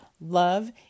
love